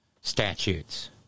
statutes